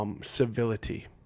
civility